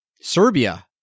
Serbia